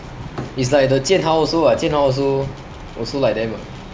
it's like the jian hao also [what] jian hao also also like them [what]